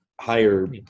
higher